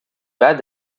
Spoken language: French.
bas